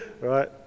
right